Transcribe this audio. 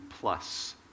plus